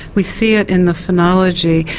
we see it in the phrenology,